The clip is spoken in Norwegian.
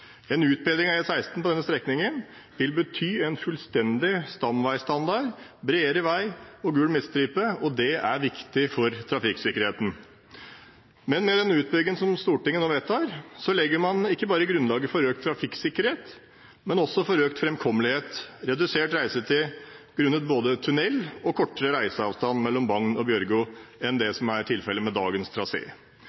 En utbedring av E16 på denne strekningen vil bety en fullstendig stamveistandard med bredere vei og gul midtstripe, og det er viktig for trafikksikkerheten. Med den utbyggingen som Stortinget nå vedtar, legger man ikke bare grunnlaget for økt trafikksikkerhet, men også for økt framkommelighet og redusert reisetid, grunnet både tunnel og kortere avstand mellom Bagn og Bjørgo enn det som er tilfellet med dagens